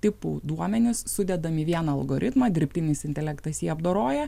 tipų duomenis sudedam į vieną algoritmą dirbtinis intelektas jį apdoroja